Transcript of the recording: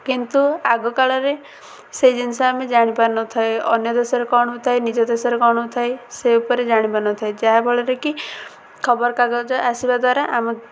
କିନ୍ତୁ ଆଗ କାଳରେ ସେଇ ଜିନିଷ ଆମେ ଜାଣିପାରୁିନ ଥାଏ ଅନ୍ୟ ଦେଶରେ କ'ଣ ହଉଥାଏ ନିଜ ଦେଶରେ କ'ଣ ହଉଥାଏ ସେ ଉପରେ ଜାଣିପାରୁନଥାଏ ଯାହାଫଳରେକି ଖବରକାଗଜ ଆସିବା ଦ୍ୱାରା ଆମ